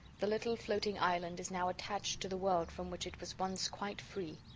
the little floating island is now attached to the world from which it was once quite free.